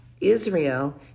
Israel